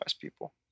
people